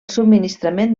subministrament